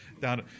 down